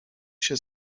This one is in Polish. się